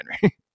Henry